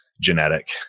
genetic